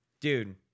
dude